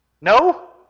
No